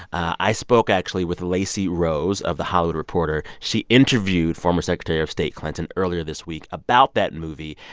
i spoke, actually, with lacey rose of the hollywood reporter. she interviewed former secretary of state clinton earlier this week about that movie.